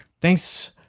thanks